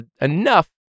enough